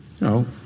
No